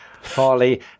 Farley